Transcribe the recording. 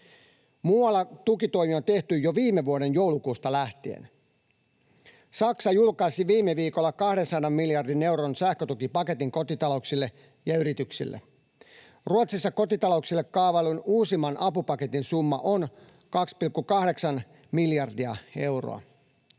Muualla tukitoimia on tehty jo viime vuoden joulukuusta lähtien. Saksa julkaisi viime viikolla 200 miljardin euron sähkötukipaketin kotitalouksille ja yrityksille. Ruotsissa kotitalouksille kaavaillun uusimman apupaketin summa on 2,8 miljardia euroa,